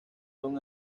son